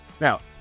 Now